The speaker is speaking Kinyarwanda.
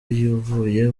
yavuye